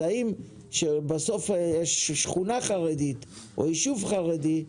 האם שבסוף יש שכונה חרדית או ישוב חרדי,